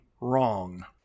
wrong